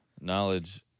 knowledge